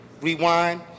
rewind